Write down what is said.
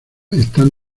están